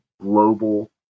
global